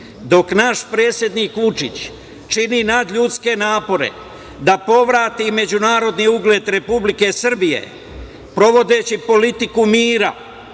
dok naš predsednik Vučić čini nadljudske napore da povrati međunarodni ugled Republike Srbije provodeći politiku mira,